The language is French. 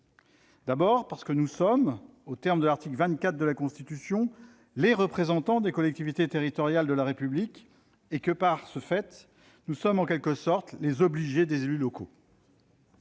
c'est que nous sommes, aux termes de l'article 24 de la Constitution, les représentants des collectivités territoriales de la République et, de ce fait, les obligés, en quelque sorte, des élus locaux.